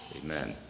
Amen